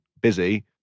busy